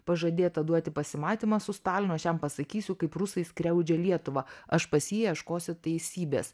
pažadėta duoti pasimatymą su stalinu aš jam pasakysiu kaip rusai skriaudžia lietuvą aš pas jį ieškosiu teisybės